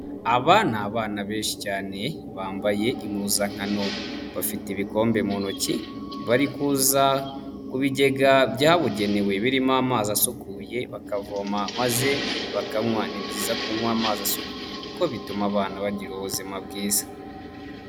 Aba ni abana benshi cyane bambaye impuzankano, bafite ibikombe mu ntoki, bari kuza ku bigega byabugenewe birimo amazi asukuye bakavoma maze bakanywa, ni byiza kunywa amazi asukuye kuko bituma abana bagira ubuzima bwiza.